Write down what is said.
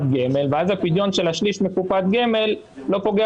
גמל ואז הפדיון של השליש מקופת גמל לא פוגע